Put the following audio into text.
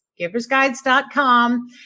giversguides.com